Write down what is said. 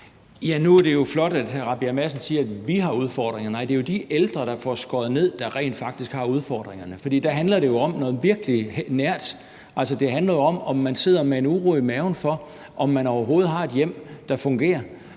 Nu er det jo flot, at hr. Christian Rabjerg Madsen siger, at vi har udfordringer – nej, det er jo de ældre, der får skåret ned, der rent faktisk har udfordringerne, for der handler det om noget virkelig nært. Altså, det handler jo om, om man sidder med en uro i maven for, om man overhovedet har et hjem, der fungerer,